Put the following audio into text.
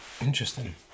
interesting